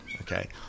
okay